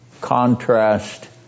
Contrast